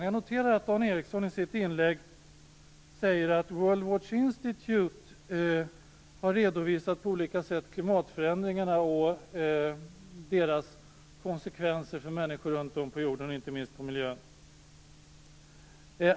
Jag noterar att Dan Ericsson i sitt inlägg säger att World Watch Institute på olika sätt har redovisat klimatförändringarna och deras konsekvenser för människor runt om på jorden, inte minst på miljöområdet.